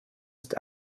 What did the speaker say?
ist